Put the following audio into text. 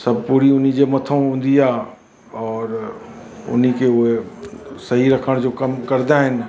सभु पूरी उन जे मथो हूंदी आहे और उन खे उहे सही रखण जो कम करंदा आहिनि